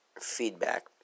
feedback